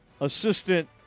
assistant